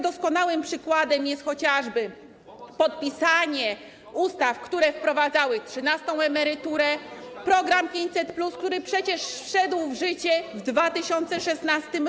Doskonałym tego przykładem jest chociażby podpisanie ustaw, które wprowadzały trzynastą emeryturę, program 500+, który przecież wszedł w życie w 2016 r.